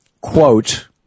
quote